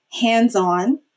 hands-on